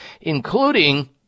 including